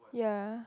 yeah